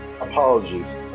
Apologies